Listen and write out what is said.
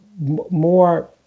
more